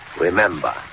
Remember